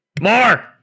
More